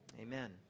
amen